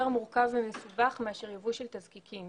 מורכב ומסובך מאשר יבוא של תזקיקים.